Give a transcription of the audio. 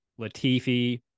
Latifi